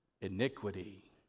iniquity